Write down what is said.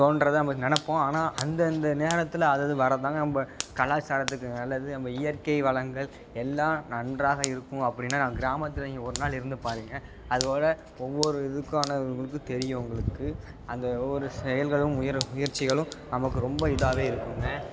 தோன்றதை நம்ப நினப்போம் ஆனால் அந்தந்த நேரத்தில் அதது வரது தாங்க நம்ப கலாச்சாரத்துக்கு நல்லது நம்ப இயற்கை வளங்கள் எல்லாம் நன்றாக இருக்கும் அப்படின்னா நான் கிராமத்தில் ஒரு நாள் இருந்து பாருங்கள் அதோட ஒவ்வொரு இதுக்கான வந்து தெரியும் உங்களுக்கு அந்த ஒவ்வொரு செயல்களும் உயிரும் முயற்சிகளும் நமக்கு ரொம்ப இதாகவே இருக்குங்க